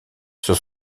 sur